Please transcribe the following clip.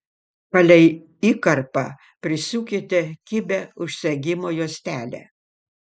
palei įkarpą prisiūkite kibią užsegimo juostelę